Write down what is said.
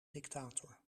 dictator